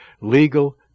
Legal